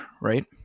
right